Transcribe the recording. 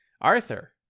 Arthur